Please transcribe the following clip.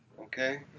Okay